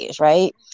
right